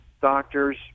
doctors